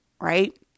right